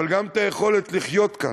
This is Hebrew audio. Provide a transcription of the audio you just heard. אבל גם את היכולת לחיות כאן,